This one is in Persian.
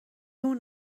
اون